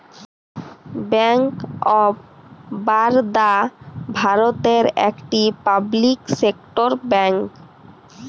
bank of Baroda ভারতের একটি public sector bank